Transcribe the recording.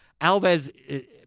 Alves